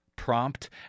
prompt